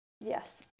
yes